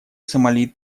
сомали